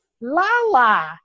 la-la